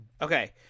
Okay